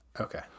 Okay